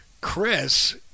Chris